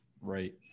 Right